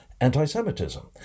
anti-Semitism